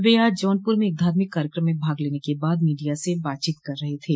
वह आज जौनपुर में एक धार्मिक कार्यक्रम में भाग लेने के बाद मीडिया से बातचीत कर रहे थे